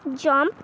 jump